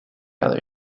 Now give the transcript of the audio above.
other